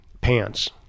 pants